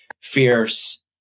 fierce